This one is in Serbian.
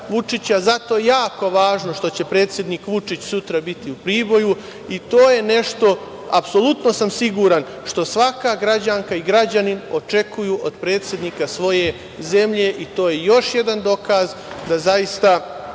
zato je jako važno što će predsednik Vučić sutra biti u Priboju i to je nešto, apsolutno sam siguran, što svaka građanka i građanin očekuju od predsednika svoje zemlje. To je još jedan dokaz da zaista